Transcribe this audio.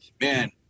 Man